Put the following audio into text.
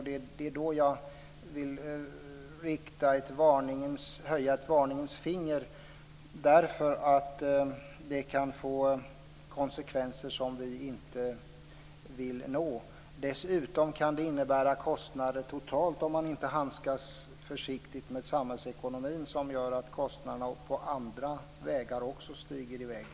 Det är det jag vill höja ett varningens finger för, därför att det kan få konsekvenser som vi inte vill ha. Dessutom kan det innebära att kostnaderna totalt sticker i väg också på andra vägar, om man inte handskas försiktigt med samhällsekonomin.